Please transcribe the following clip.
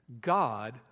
God